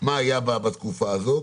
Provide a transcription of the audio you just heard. מה היה בתקופה הזאת.